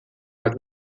bat